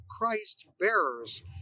Christ-bearers